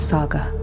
Saga